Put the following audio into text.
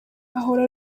ahora